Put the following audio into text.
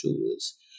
tools